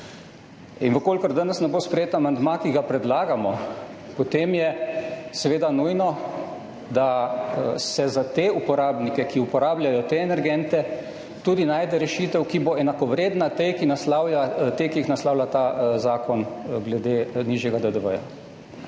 In v kolikor danes ne bo sprejet amandma, ki ga predlagamo, potem je seveda nujno, da se tudi za te uporabnike, ki uporabljajo te energente, najde rešitev, ki bo enakovredna tej, ki jo naslavlja ta zakon glede nižjega DDV.